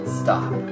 stop